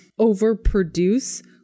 overproduce